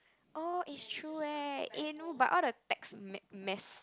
oh it's true eh no but all the text mess~ mess